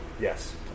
Yes